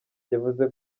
yavuze